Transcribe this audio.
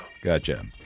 Gotcha